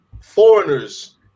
foreigners